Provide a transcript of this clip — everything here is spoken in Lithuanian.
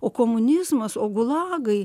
o komunizmas o gulagai